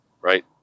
right